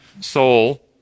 Soul